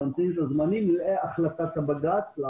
מצמצמים את הזמנים כדי לעמוד בהחלטת בג"ץ.